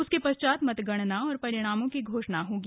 उसके पश्चात मतगणना और परिणामों की घोषणा होगी